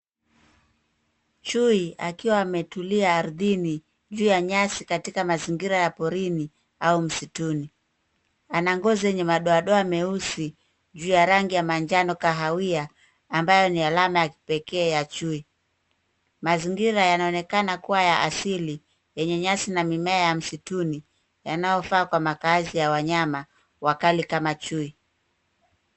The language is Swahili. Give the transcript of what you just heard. Chui akiwa ametulia ardhini juu ya nyasi katika mazingira ya porini au msituni. Ana ngozi yenye madoadoa meusi juu ya rangi manjano kahawia ambayo ni alama ya kipekee ya chui. Mazingira yanaonekana kuwa ya asili yenye nyasi na mimea ya msituni yanayofaa kwa makaazi ya wanyama wakali kama chui.